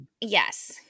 Yes